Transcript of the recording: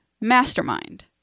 Mastermind